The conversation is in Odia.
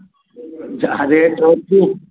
ଯାହା ରେଟ୍ ହେଉଛି